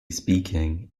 speaking